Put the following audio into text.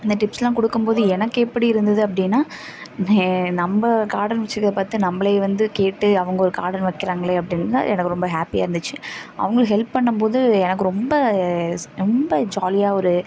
இந்த டிப்ஸ்லாம் கொடுக்கும் போது எனக்கு எப்படி இருந்தது அப்படின்னா நே நம்ம கார்டன் வச்சிருக்கறத பார்த்து நம்மளே வந்து கேட்டு அவங்க ஒரு கார்டன் வைக்கறாங்களே அப்படின்னு தான் எனக்கு ரொம்ப ஹாப்பியாக இருந்துச்சி அவங்களுக் ஹெல்ப் பண்ணும் போது எனக்கு ரொம்ப ரொம்ப ஜாலியாக ஒரு